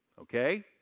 Okay